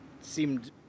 seemed